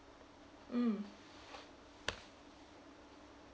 mm